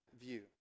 view